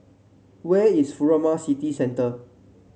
where is Furama City Center